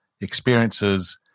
experiences